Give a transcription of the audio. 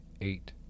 eight